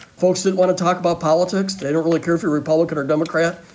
folks that want to talk about politics. they don't really care for republican or democrat.